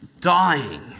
dying